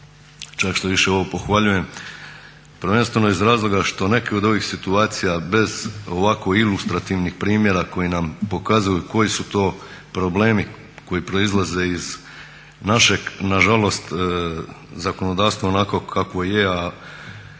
Čak štoviše ovo pohvaljujem. Prvenstveno iz razloga što neke od ovih situacija bez ovako ilustrativnih primjera koji nam pokazuju koji su to problemi koji proizlaze iz našeg nažalost zakonodavstva onakvo kakvo je a